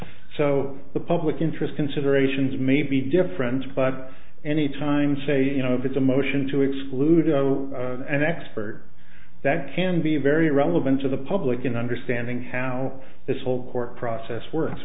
so the public interest considerations may be different but any time say you know if it's a motion to exclude an expert that can be very relevant to the public in understanding how this whole court process works